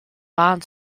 waren